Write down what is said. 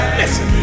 listen